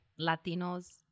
Latinos